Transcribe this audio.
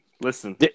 listen